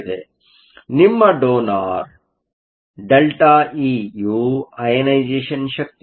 ಆದ್ದರಿಂದ ನಿಮ್ಮ donor ΔE ಯು ಅಯನೈಸೇಷನ್ ಶಕ್ತಿಯಾಗಿದೆ